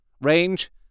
range